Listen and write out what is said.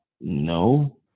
No